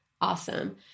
Awesome